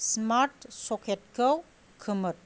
स्मार्त सकेतखौ खोमोर